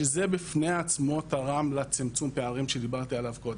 שזה בפני עצמו תרם לצמצום הפערים שדיברתי עליו קודם.